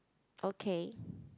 okay